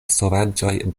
sovaĝaj